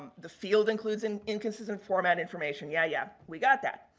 the field includes and inconsistent format information, yeah, yeah, we got that.